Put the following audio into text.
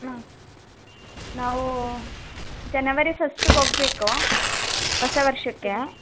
ಹಾಂ ನಾವು ಜನವರಿ ಫಸ್ಟ್ಗೆ ಹೋಗಬೇಕು ಹೊಸ ವರ್ಷಕ್ಕೆ